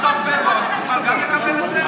בסוף פברואר תוכל גם לקבל את זה?